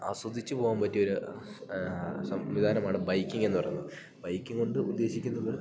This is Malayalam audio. ആസ്വദിച്ച് പോവാൻ പറ്റിയൊര് സംവിധാനമാണ് ബൈക്കിങ്ങ് എന്ന് പറയുന്നത് ബൈക്കിങ്ങ് കൊണ്ട് ഉദ്ദേശിക്കുന്നത്